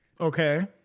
Okay